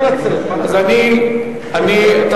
אני מוכן.